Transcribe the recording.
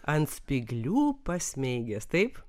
ant spyglių pasmeigęs taip